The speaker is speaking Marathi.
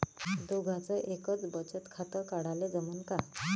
दोघाच एकच बचत खातं काढाले जमनं का?